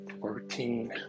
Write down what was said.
fourteen